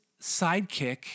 sidekick